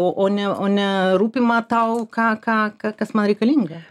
o o ne o ne rūpima tau ką ką kas man reikalinga